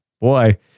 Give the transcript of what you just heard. boy